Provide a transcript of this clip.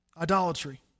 idolatry